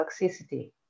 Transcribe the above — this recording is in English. toxicity